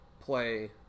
play